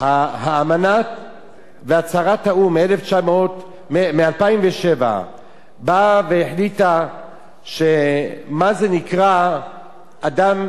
האמנה והצהרת האו"ם מ-2007 באה והחליטה מה זה נקרא אדם